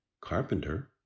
carpenter